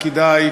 וכדאי,